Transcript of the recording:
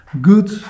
good